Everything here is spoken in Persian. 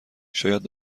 شاید